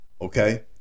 okay